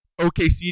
OKC